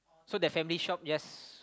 so the family shop just